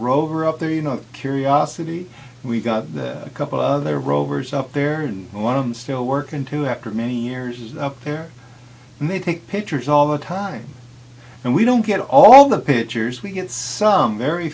rover up there you know curiosity we've got a couple of other rovers up there and a lot of them still work into after many years up there and they take pictures all the time and we don't get all the pictures we get some very